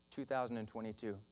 2022